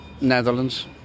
Netherlands